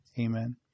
Amen